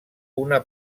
una